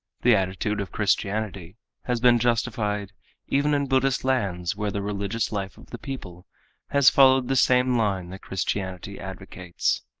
the attitude of christianity has been justified even in buddhist lands where the religious life of the people has followed the same line that christianity advocates.